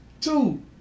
Two